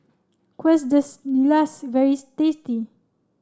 Quesadillas very tasty